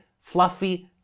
fluffy